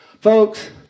Folks